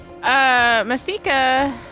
Masika